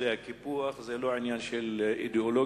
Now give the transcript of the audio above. הקיפוח זה לא עניין של אידיאולוגיה,